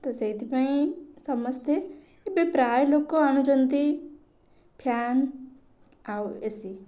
ତ ସେଇଥିପାଇଁ ସମସ୍ତେ ଏବେ ପ୍ରାୟ ଲୋକ ଆଣୁଛନ୍ତି ଫ୍ୟାନ ଆଉ ଏ ସି